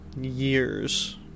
years